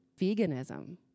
veganism